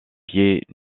pieds